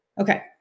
Okay